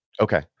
Okay